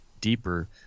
deeper